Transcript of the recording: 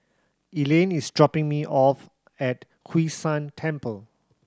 Elaine is dropping me off at Hwee San Temple